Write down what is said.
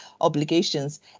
obligations